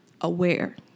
aware